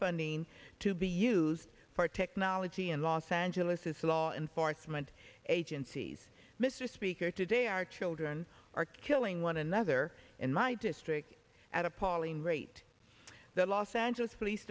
funding to be used for technology in los angeles's law enforcement agencies mr speaker today our children are killing one another in my district at appalling rate the los angeles police